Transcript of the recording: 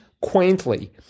quaintly